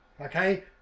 Okay